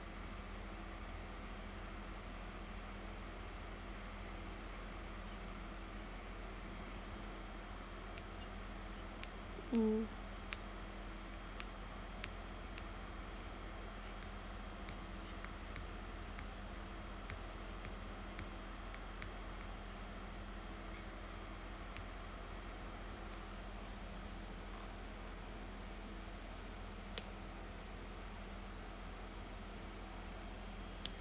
mm